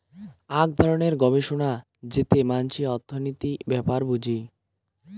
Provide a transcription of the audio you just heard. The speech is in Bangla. আক ধরণের গবেষণা যেতে মানসি অর্থনীতির ব্যাপার বুঝি